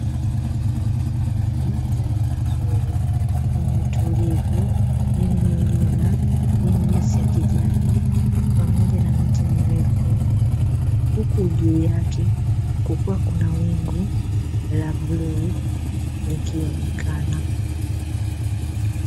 Mandhari mazuri yenye utulivu, yenye milima, yenye nyasi ya kijani pamoja na miti mirefu huku juu yake kukiwa kuna wingu la bluu likionekana.